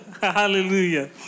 Hallelujah